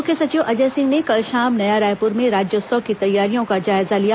मुख्य सचिव अजय सिंह ने कल शाम नया रायपुर में राज्योत्सव की तैयारियों का जायजा लिया